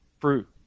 Fruit